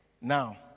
now